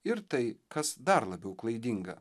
ir tai kas dar labiau klaidinga